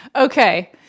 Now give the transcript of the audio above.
Okay